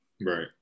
Right